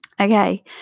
Okay